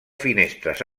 finestres